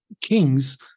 kings